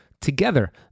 Together